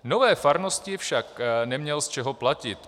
Nové farnosti však neměl z čeho platit.